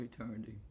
eternity